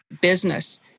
business